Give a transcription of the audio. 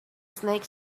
snake